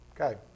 Okay